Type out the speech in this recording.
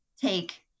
take